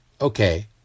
okay